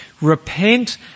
Repent